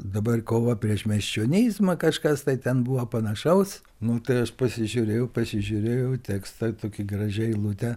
dabar kova prieš miesčionizmą kažkas tai ten buvo panašaus nu tai aš pasižiūrėjau pasižiūrėjau į tekstą tokią gražią eilutę